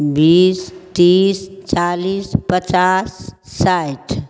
बीस तीस चालिस पचास साठि